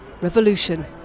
revolution